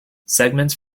segments